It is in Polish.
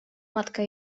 matka